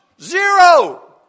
zero